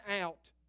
out